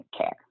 care